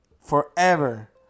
forever